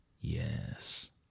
Yes